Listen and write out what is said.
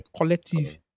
collective